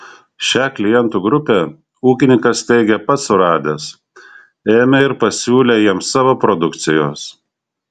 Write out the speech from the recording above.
šią klientų grupę ūkininkas teigia pats suradęs ėmė ir pasiūlė jiems savo produkcijos